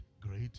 great